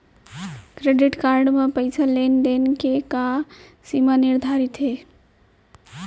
Credit card म पइसा लेन देन के का सीमा निर्धारित हे?